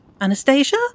Anastasia